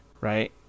right